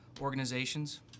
organizations